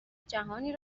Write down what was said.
جهانی